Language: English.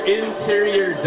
interior